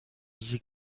ریزی